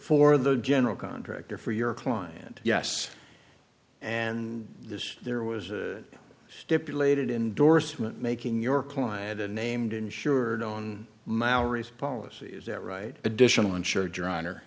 for the general contractor for your client yes and this there was a stipulated indorsement making your client a named insured on maoris policy is that right additional insured your honor